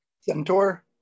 Centaur